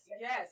Yes